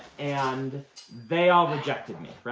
and they all rejected me.